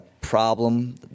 problem